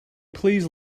please